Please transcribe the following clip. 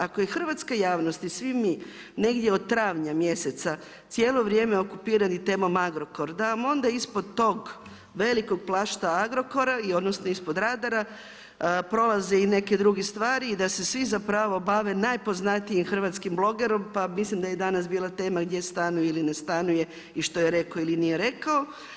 Ako je hrvatska javnost i svi mi negdje od travnja mjeseca cijelo vrijeme okupirana temom Agrokor da vam onda ispod tog velikog plašta Agrokora i odnosno ispod radara prolaze i neke druge stvari i da se svi zapravo bave najpoznatijim hrvatskim blogerom, pa mislim da je i danas bila tema gdje stanuje ili ne stanuje i što je rekao ili nije rekao.